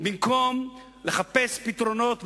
במקום לחפש פתרונות בשמים,